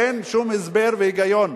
אין שום הסבר והיגיון.